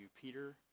Peter